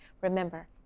Remember